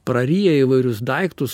praryja įvairius daiktus